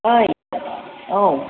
ओइ औ